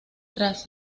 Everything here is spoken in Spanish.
tras